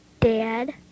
Dad